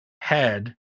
head